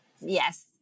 yes